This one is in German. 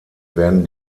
werden